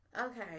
okay